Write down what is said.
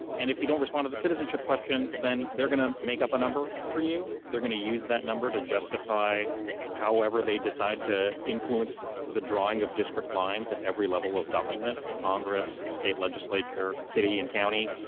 and if you don't respond to the citizenship question, then they're gonna make up a number for you. they're gonna use that number to justify however they decide to influence the drawing of district lines at every level of government congress, state legislature, city and county.